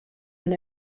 men